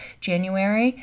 January